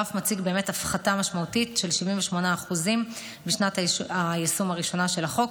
הגרף מציג הפחתה משמעותית של 78% משנת היישום הראשונה של החוק,